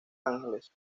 ángeles